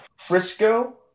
Frisco